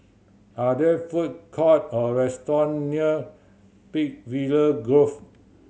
are there food court or restaurant near Peakville Grove